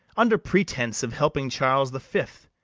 under pretence of helping charles the fifth,